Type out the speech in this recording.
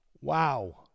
Wow